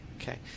Okay